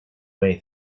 way